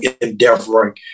endeavoring